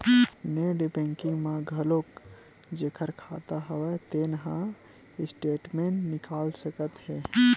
net banking म घलोक जेखर खाता हव तेन ह स्टेटमेंट निकाल सकत हे